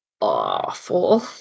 awful